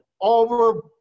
over